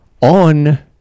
on